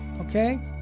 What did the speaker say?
okay